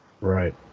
Right